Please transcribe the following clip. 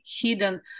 hidden